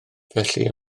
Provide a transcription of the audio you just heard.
felly